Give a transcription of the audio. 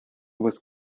was